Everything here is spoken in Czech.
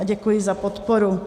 Děkuji za podporu.